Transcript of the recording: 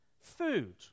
Food